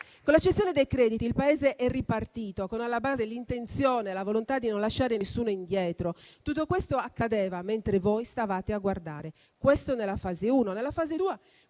Con la cessione dei crediti il Paese è ripartito con alla base l'intenzione e la volontà di non lasciare nessuno indietro. Tutto questo accadeva mentre voi stavate a guardare. Questo nella fase uno. Nella fase due,